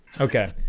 Okay